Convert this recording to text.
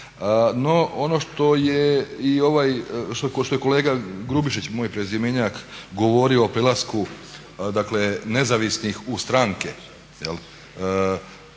No, ono što je i kolega Grubišić moj prezimenjak govorio o prelasku, dakle nezavisnih u stranke, dakle